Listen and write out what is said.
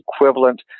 equivalent